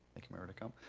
thank you mayor redekop.